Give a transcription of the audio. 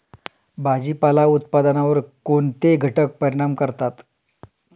भाजीपाला उत्पादनावर कोणते घटक परिणाम करतात?